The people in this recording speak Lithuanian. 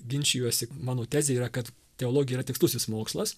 ginčijuosi mano tezė yra kad teologija yra tikslusis mokslas